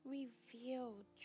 revealed